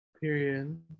period